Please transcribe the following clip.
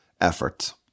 effort